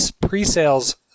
pre-sales